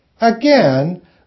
Again